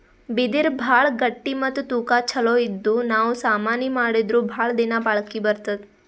ಬಿದಿರ್ ಭಾಳ್ ಗಟ್ಟಿ ಮತ್ತ್ ತೂಕಾ ಛಲೋ ಇದ್ದು ನಾವ್ ಸಾಮಾನಿ ಮಾಡಿದ್ರು ಭಾಳ್ ದಿನಾ ಬಾಳ್ಕಿ ಬರ್ತದ್